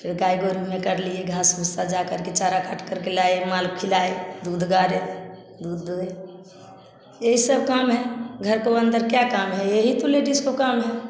फिर गाय गोरु भी कर लिए फिर घास भूसा चारा काट के लाए माल खिलाए दूध गारे दूध दुहे यही सब काम है घर तो अंदर क्या कम है यही तो लेडिस को काम है